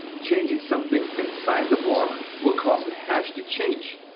changing something inside the block will cause the hash to change.